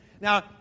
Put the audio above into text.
Now